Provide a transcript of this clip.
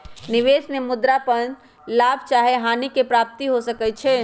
निवेश में मुद्रा पर लाभ चाहे हानि के प्राप्ति हो सकइ छै